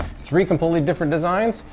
three completely different designs.